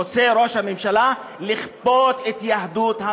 ראש הממשלה רוצה לכפות את יהדות המדינה,